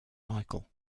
michael